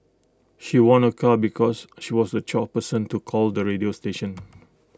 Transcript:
she won A car because she was the twelfth person to call the radio station